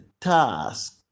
task